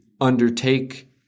undertake